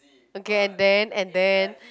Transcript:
okay and then and then